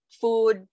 food